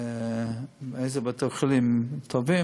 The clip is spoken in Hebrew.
איזה בתי-חולים טובים.